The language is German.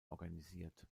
organisiert